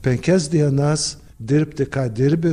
penkias dienas dirbti ką dirbi